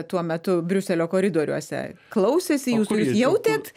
tuo metu briuselio koridoriuose klausėsi jūsų jautėt